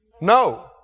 No